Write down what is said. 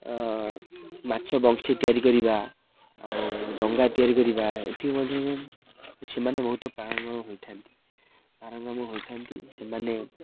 ମାଛ ବଂଶୀ ତିଆରି କରିବା ଆଉ ଡଙ୍ଗା ତିଆରି କରିବା ଏଥି ମଧ୍ୟରେ ସେମାନେ ବହୁତ ପାରଙ୍ଗମ ପାରଙ୍ଗମ ହୋଇଥାନ୍ତି ସେମାନେ